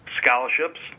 scholarships